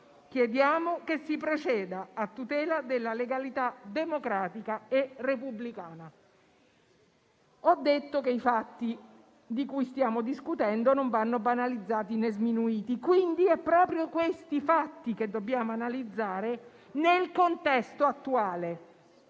chiediamo che si proceda a tutela della legalità democratica e repubblicana. Ho detto che i fatti di cui stiamo discutendo non vanno banalizzati, né sminuiti. Quindi è proprio questi fatti che dobbiamo analizzare nel contesto attuale,